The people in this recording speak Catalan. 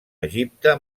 egipte